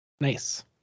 Nice